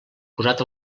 posat